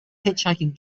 hitchhiking